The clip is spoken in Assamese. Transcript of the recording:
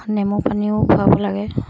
নেমু পানীও খুৱাব লাগে